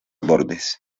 bordes